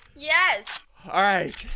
yes, alright.